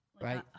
right